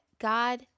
God